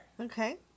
Okay